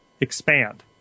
Expand